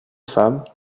femmes